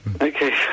Okay